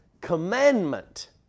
commandment